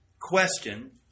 question